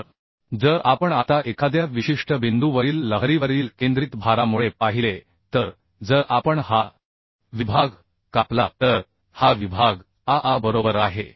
तर जर आपण आता एखाद्या विशिष्ट बिंदूवरील लहरीवरील केंद्रित भारामुळे पाहिले तर जर आपण हा विभाग कापला तर हा विभाग a a बरोबर आहे